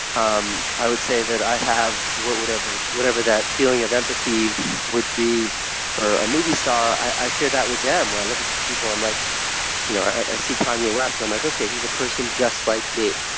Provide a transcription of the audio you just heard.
um i would say that i have whatever whatever that feeling of empathy would be for a movie star, i share that with them. where i look at these people like you know i see kanye west, and i'm like, okay, he's a person just like me.